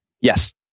Yes